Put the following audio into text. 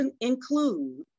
include